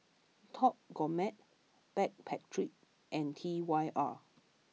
Top Gourmet Backpedic and T Y R